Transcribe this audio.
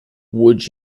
would